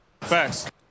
Facts